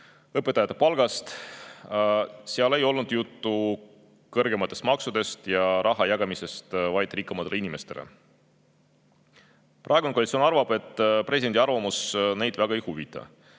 õpetajate palgast. Seal ei olnud juttu kõrgematest maksudest ja raha jagamisest vaid rikkamatele inimestele. Praegust koalitsiooni presidendi arvamus väga ei huvita.